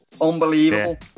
unbelievable